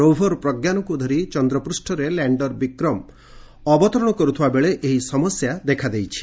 rover ପ୍ର ଧରି ଚନ୍ଦ୍ରପୂଷ୍ଟରେ ଲ୍ୟାଶ୍ତର ବିକ୍ରମ ଅବତରଣ କରୁଥିବା ବେଳେ ଏହି ସମସ୍ୟା ଦେଖାଦେଇଛି